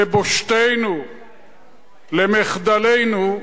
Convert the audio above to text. לבושתנו, למחדלנו,